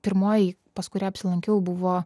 pirmoji pas kurią apsilankiau buvo